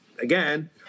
again